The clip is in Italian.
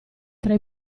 tra